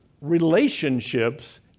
relationships